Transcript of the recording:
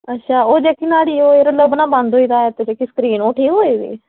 अच्छा ओह् जेह्की नाह्ड़ी ओह् लब्भना बंद होई गेदा हा स्क्रीन ओह् ठीक होई गेदी